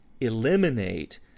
eliminate